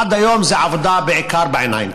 עד היום זו בעיקר עבודה בעיניים.